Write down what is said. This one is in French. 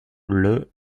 première